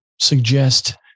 suggest